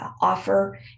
offer